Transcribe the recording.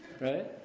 Right